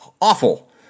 awful